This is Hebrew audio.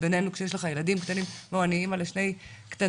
ובינינו כשיש לך ילדים קטנים אני אימא לשני קטנטנים.